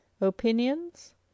Opinions